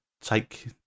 take